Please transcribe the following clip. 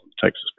Texas